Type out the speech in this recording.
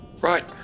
Right